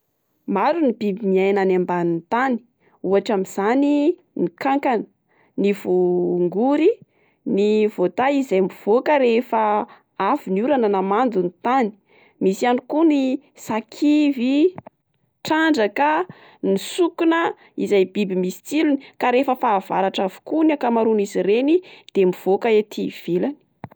Maro ny biby miaina any ambanin'ny tany, ohatra amin'izany ny kankana ny vô ngory, ny vôtay izay mivoka rehefa avy ny orana na mando ny tany. Misy ihany koa ny sakivy, trandraka, ny sokona izay biby misy tsilony ka rehefa fahavaratra avokoa ny akamaroan'izy ireny de mivoaka ety ivelany.